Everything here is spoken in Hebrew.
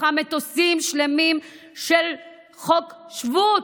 ובתוכם מטוסים שלמים של חוק השבות,